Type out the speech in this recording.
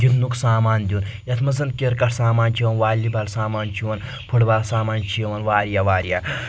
گِندٕنُک سامان دیُن یتھ منٛز زن کِرکٹ سامان چھُ والی بال سامان چھُ یِوان پھٹ بال سامان چھِ یِوان واریاہ واریاہ